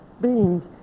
beans